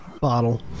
Bottle